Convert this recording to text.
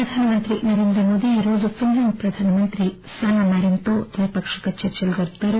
ప్రధానమంత్రి నరేంద్రమోదీ ఈ రోజు ఫిన్లాండ్ ప్రధానమంత్రి సన్న మారిన్ తో ద్వెపాక్షిక చర్చలు జరుపుతారు